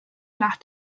nach